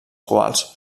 quals